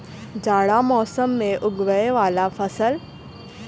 जाड़ा मौसम मे उगवय वला फसल?